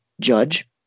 judge